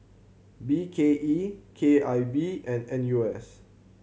B K E K I V and N U S